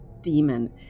demon